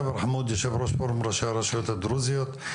ג'בר חמוד יושב ראש פורום ראשי הרשויות הדרוזיות והצ'רקסיות,